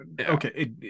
Okay